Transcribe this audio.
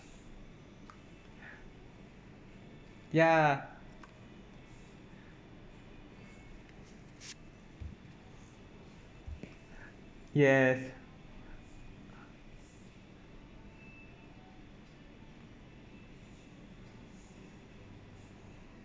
ya yes